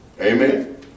Amen